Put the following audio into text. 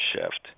shift